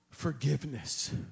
Forgiveness